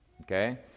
okay